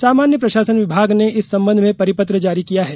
सामान्य प्रशासन विभाग ने इस संबंध में परिपत्र जारी किया है